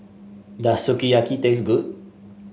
does Sukiyaki taste good